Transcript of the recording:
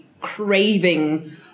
craving